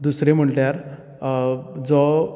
दुसरे म्हणल्यार जो